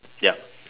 ya